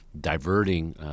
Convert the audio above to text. diverting